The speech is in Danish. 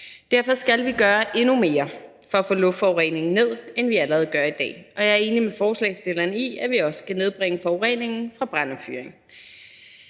Derfor skal vi gøre endnu mere for at få luftforureningen ned, end vi allerede gør i dag. Og jeg er enig med forslagsstilleren i, at vi også skal nedbringe forureningen fra brændefyring.